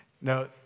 No